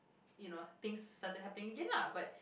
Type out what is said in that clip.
you know thing started happen again lah but